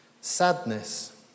sadness